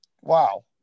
Wow